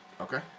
Okay